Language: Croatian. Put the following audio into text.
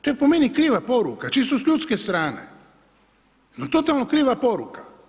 To je po meni kriva poruka, čisto s ljudske strane, totalno kriva poruka.